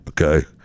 Okay